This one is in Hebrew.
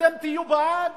אתם תהיו בעד?